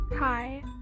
hi